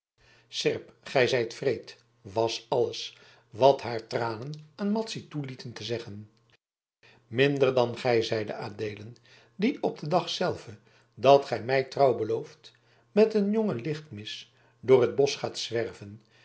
seerp gij zijt wreed was alles wat haar tranen aan madzy toelieten te zeggen minder dan gij zeide adeelen die op den dag zelven dat gij mij trouw belooft met een jongen lichtmis door het bosch gaat zwerven